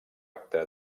acta